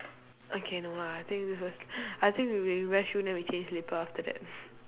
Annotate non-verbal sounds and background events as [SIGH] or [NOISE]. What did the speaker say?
okay no lah I think let's just [BREATH] I think we we wear shoe then we change slipper after that [BREATH]